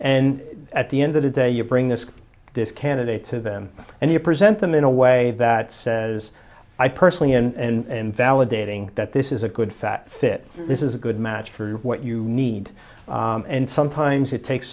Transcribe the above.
and at the end of the day you bring this this candidate to them and you present them in a way that says i personally and validating that this is a good fat fit this is a good match for what you need and sometimes it takes